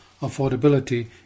Affordability